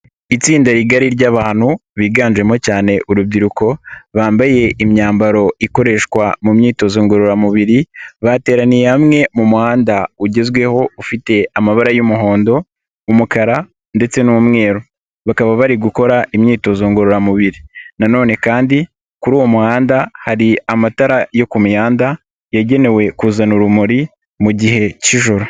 Itsinda rigari ry'abantu, biganjemo cyane urubyiruko, bambaye imyambaro ikoreshwa mu myitozo ngororamubiri, bateraniye hamwe mu muhanda ugezweho, ufite amabara y'umuhondo, umukara ndetse n'umweru, bakaba bari gukora imyitozo ngororamubiri, nanone kandi kuri uwo muhanda, hari amatara yo ku mihanda, yagenewe kuzana urumuri, mu gihe cy'ijoro.